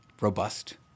robust